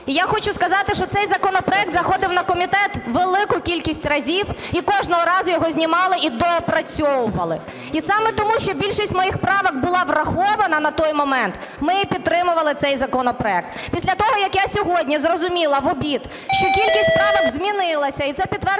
І я хочу сказати, що цей законопроект заходив на комітет велику кількість разів і кожного разу його знімали і доопрацьовували. І саме тому, що більшість моїх правок була врахована на той момент, ми і підтримували цей законопроект. Після того, як я сьогодні зрозуміла в обід, що кількість правок змінилася, і це підтвердять